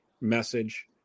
message